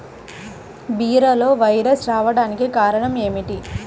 బీరలో వైరస్ రావడానికి కారణం ఏమిటి?